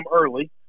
early